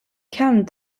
kern